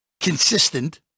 consistent